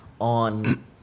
on